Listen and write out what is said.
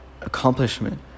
accomplishment